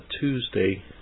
Tuesday